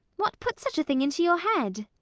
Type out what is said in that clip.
what put such a thing into your head?